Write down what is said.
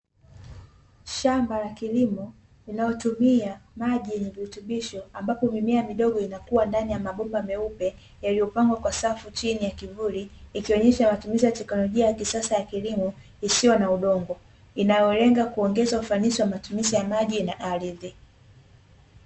Shamba la kilimo linalotumia maji yenye virutubisho, ambapo mimea midogo inakua ndani ya mabomba meupe yaliyopangwa kwa safu chini ya kivuli, ikionyesha matumizi ya teknolojia ya kisasa ya kilimo isiyo na udongo, inayolenga kuongeza ufanisi wa matumizi ya maji na ardhi.